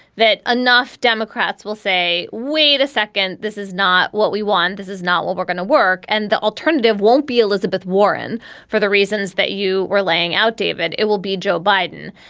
that enough democrats will say, wait a second, this is not what we want. this is not what we're going to work. and the alternative won't be elizabeth warren for the reasons that you were laying out, david. it will be joe biden.